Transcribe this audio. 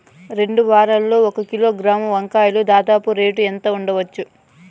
ఈ రెండు వారాల్లో ఒక కిలోగ్రాము వంకాయలు దాదాపు రేటు ఎంత ఉండచ్చు?